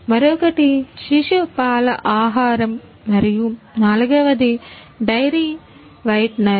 మరొకటి శిశు పాల ఆహారం మరియు నాల్గవది డైరీ వైటెనర్